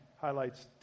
highlights